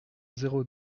zéro